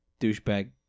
douchebag